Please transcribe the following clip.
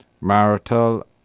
marital